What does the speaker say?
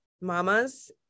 Mamas